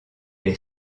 les